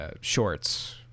shorts